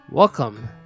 Welcome